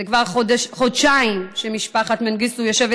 זה כבר חודשיים שמשפחת מנגיסטו יושבת